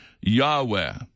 Yahweh